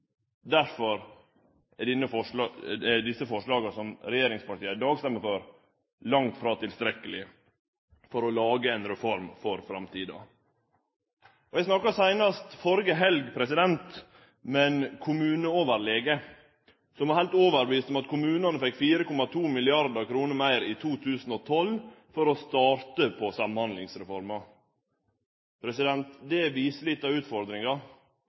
Derfor er desse forslaga som regjeringspartia i dag stemmer for, langt frå tilstrekkelege for å lage ei reform for framtida. Eg snakka seinast førre helg med ein kommuneoverlege som var heilt overbevist om at kommunane fekk 4,2 mrd. kr meir i 2012 for å starte med Samhandlingsreforma. Det viser litt av